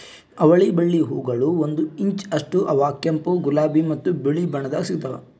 ಅವಳಿ ಬಳ್ಳಿ ಹೂಗೊಳ್ ಒಂದು ಇಂಚ್ ಅಷ್ಟು ಅವಾ ಕೆಂಪು, ಗುಲಾಬಿ ಮತ್ತ ಬಿಳಿ ಬಣ್ಣದಾಗ್ ಸಿಗ್ತಾವ್